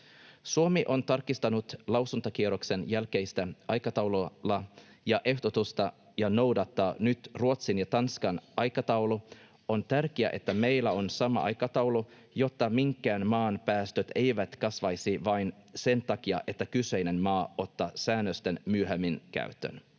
Suomi on tarkistanut lausuntokierroksen jälkeistä aikataulua ja ehdotusta ja noudattaa nyt Ruotsin ja Tanskan aikataulua. On tärkeää, että meillä on sama aikataulu, jotta minkään maan päästöt eivät kasvaisi vain sen takia, että kyseinen maa ottaa säännökset myöhemmin käyttöön.